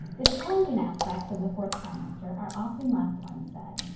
the challenging aspects of the fourth trimester are often left unsaid.